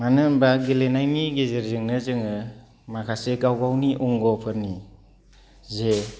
मानो होनोब्ला गेलेनायनि गेजेरजोंनो जोङो माखासे गाव गावनि अंग'फोरनि जे